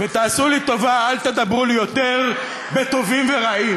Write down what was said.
תעשו לי טובה, אל תדברו לי יותר בטובים ורעים.